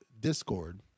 discord